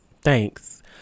Thanks